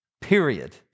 period